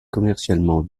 commercialement